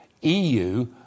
EU